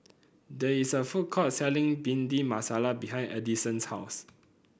there is a food court selling Bhindi Masala behind Edison's house